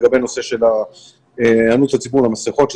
לגבי הנושא של היענות הציבור למסכות,